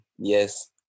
yes